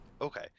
Okay